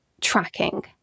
tracking